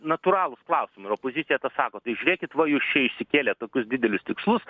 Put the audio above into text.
natūralūs klausimai ir opozicija tą sako tai žiūrėkit va jūs čia išsikėlėt tokius didelius tikslus